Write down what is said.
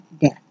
death